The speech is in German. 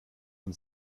und